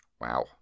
Wow